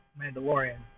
Mandalorian